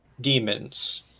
demons